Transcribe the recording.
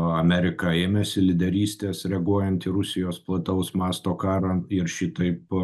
amerika ėmėsi lyderystės reaguojant į rusijos plataus masto karą ir šitaip